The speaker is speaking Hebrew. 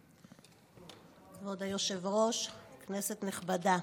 כבוד היושב-ראש, כנסת נכבדה,